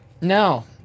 No